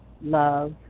love